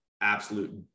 absolute